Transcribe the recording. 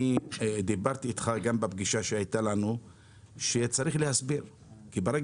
אמרתי לך בפגישה הייתה לנו שצריך להסביר כי ברגע